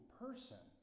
person